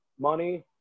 money